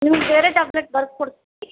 ನಿಮ್ಗೆ ಬೇರೆ ಟ್ಯಾಬ್ಲೆಟ್ ಬರ್ಕೊಡ್ತೀನಿ